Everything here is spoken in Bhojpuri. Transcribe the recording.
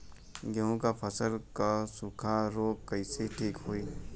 गेहूँक फसल क सूखा ऱोग कईसे ठीक होई?